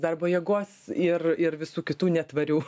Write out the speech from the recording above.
darbo jėgos ir ir visų kitų netvarių